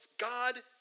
God